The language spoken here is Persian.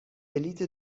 بلیط